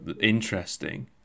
interesting